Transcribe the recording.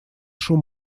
шум